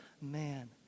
man